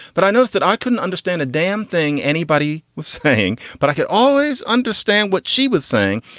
but i noticed that i couldn't understand a damn thing anybody was saying. but i could always understand what she was saying.